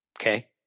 okay